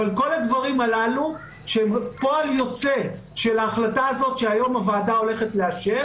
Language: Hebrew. כל הדברים האלה שהם פועל יוצא של ההחלטה הזאת שהיום הוועדה הולכת לאשר,